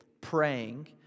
praying